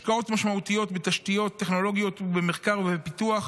השקעות משמעותיות בתשתיות טכנולוגיות ובמחקר ופיתוח,